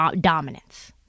dominance